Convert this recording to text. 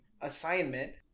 assignment